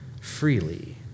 freely